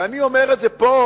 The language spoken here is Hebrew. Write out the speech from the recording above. ואני אומר את זה פה